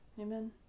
Amen